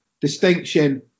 distinction